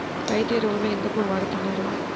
రైతు ఎరువులు ఎందుకు వాడుతున్నారు?